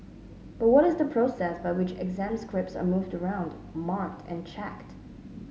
but what is the process by which exam scripts are moved around marked and checked